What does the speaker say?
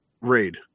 raid